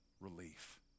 relief